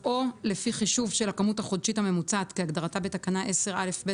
או לפי חישוב של הכמות החודשית הממוצעת כהגדרתה בתקנה 10א(ב)